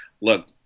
look